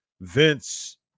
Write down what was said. Vince